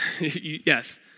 Yes